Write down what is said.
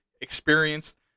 experienced